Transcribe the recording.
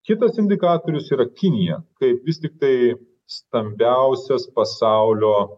kitas indikatorius yra kinija kaip vis tiktai stambiausios pasaulio